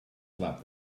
slapped